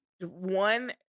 one